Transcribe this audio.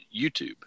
YouTube